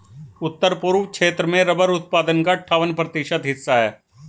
उत्तर पूर्व क्षेत्र में रबर उत्पादन का अठ्ठावन प्रतिशत हिस्सा है